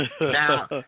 Now